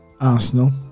arsenal